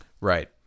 right